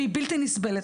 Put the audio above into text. והיא בלתי-נסבלת,